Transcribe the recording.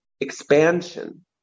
expansion